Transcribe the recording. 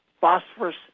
phosphorus